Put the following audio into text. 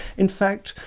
in fact,